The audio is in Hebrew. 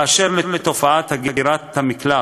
באשר לתופעת הגירת המקלט: